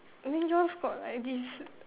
I mean Josh got like his